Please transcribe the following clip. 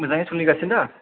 मोजाङै सोलिगासिनो दा